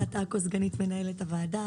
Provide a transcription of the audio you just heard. סגנית מנהלת הוועדה,